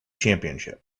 championship